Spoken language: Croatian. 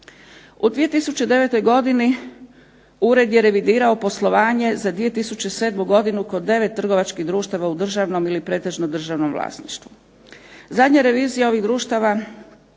U 2009. godini ured je revidirao poslovanje za 2007. godinu kod 9 trgovačkih društava u državnom ili pretežno državnom vlasništvu. Zadnja revizija ovih društava,